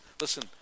listen